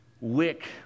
wick